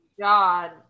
God